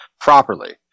properly